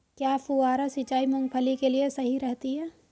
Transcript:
क्या फुहारा सिंचाई मूंगफली के लिए सही रहती है?